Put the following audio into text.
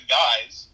guys